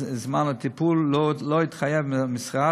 זמן הטיפול שלו התחייב המשרד,